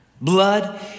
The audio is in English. blood